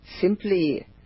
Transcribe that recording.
Simply